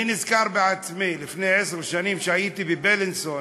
אני נזכר בעצמי לפני עשר שנים, כשהייתי בבילינסון